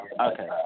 Okay